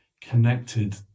connected